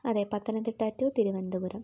അതെ പത്തനംത്തിട്ട ടു തിരുവനന്തപുരം